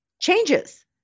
changes